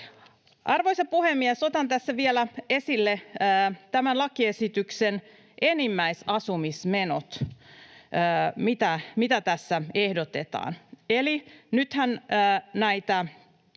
Arvoisa puhemies! Otan tässä vielä esille tämän lakiesityksen enimmäisasumismenot, mitä tässä ehdotetaan. Nythän näitä